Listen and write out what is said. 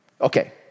Okay